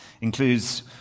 Includes